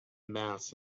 mass